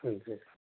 हजुर